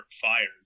fired